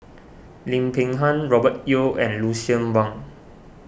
Lim Peng Han Robert Yeo and Lucien Wang